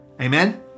amen